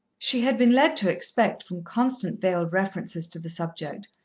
she had been led to expect, from constant veiled references to the subject,